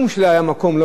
מקום נידח,